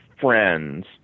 friends